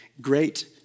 great